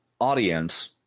audience